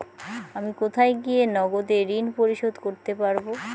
আমি কোথায় গিয়ে নগদে ঋন পরিশোধ করতে পারবো?